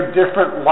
different